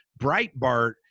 Breitbart